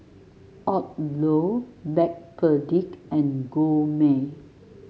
Odlo Backpedic and Gourmet